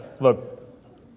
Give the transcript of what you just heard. look